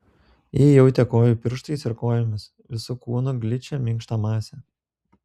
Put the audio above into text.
ji jautė kojų pirštais ir kojomis visu kūnu gličią minkštą masę